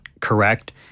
correct